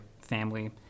family